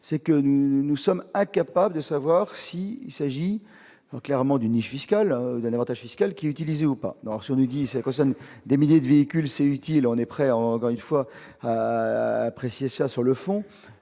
c'est que nous sommes à capable de savoir si il s'agit clairement d'une niche fiscale d'un Avantage fiscal qui est utilisé ou pas sur les dit ça concerne des milliers de véhicules, c'est utile, on est prêt à il faudra apprécier ça sur le fond